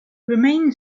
remain